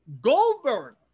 Goldberg